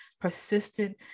persistent